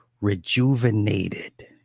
rejuvenated